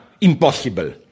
impossible